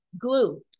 glue